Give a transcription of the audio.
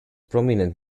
prominent